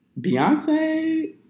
Beyonce